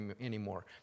anymore